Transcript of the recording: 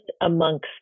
amongst